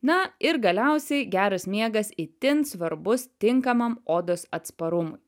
na ir galiausiai geras miegas itin svarbus tinkamam odos atsparumui